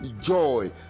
joy